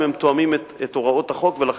אם הם תואמים את הוראות החוק.